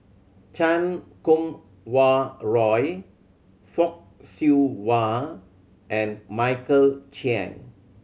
Chan Kum Wah Roy Fock Siew Wah and Michael Chiang